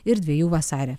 ir dvejų vasare